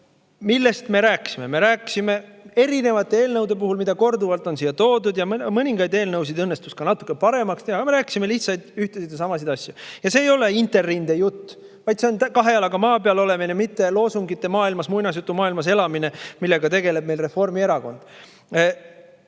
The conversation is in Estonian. Millest me rääkisime? Me rääkisime erinevate eelnõude puhul, mida on korduvalt siia toodud – ja mõningaid eelnõusid õnnestus ka natukene paremaks teha –, lihtsaid, ühtesid ja samasid asju. Ja see ei ole Interrinde jutt. See on kahe jalaga maa peal olemine, mitte loosungite maailmas või muinasjutumaailmas elamine, millega tegeleb meil Reformierakond.